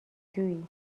جویی